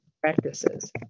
practices